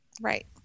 Right